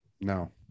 No